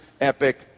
epic